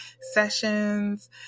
sessions